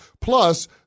Plus